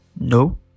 No